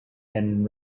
and